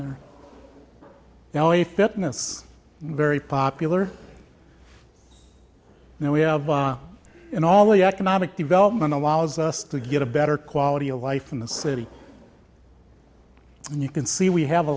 there now a fitness very popular now we have in all the economic development allows us to get a better quality of life in the city and you can see we have a